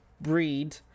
breed